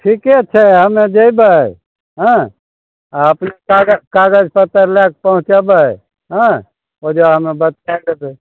ठीके छै हमे जयबय हँ अपने कागज कागज लए कऽ पहुँचाबय हँ ओइजाँ हमे बताय देबय